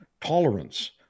tolerance